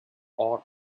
are